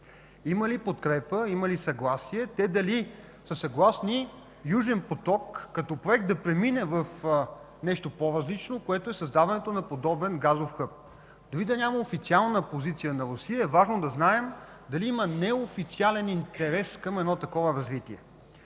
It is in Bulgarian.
има ли подкрепа, има ли съгласие, те дали са съгласни „Южен поток” като проект да премине в нещо по-различно, което е създаването на подобен газов хъб? Дори да няма официална позиция на Русия е важно да знаем дали има неофициален интерес към едно такова развитие.